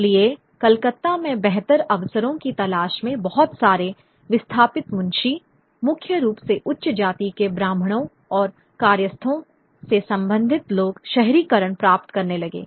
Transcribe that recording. इसलिए कलकत्ता में बेहतर अवसरों की तलाश में बहुत सारे विस्थापित मुंशी मुख्य रूप से उच्च जाति के ब्राहमणों और कायस्थों से संबंधित लोग शहरीकरण प्राप्त करने लगे